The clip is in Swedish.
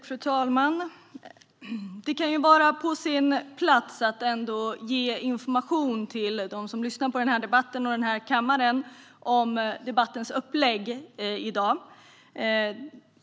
Fru talman! Det kan vara på sin plats att ge information till dem som lyssnar på debatten i kammaren om debattens upplägg i dag.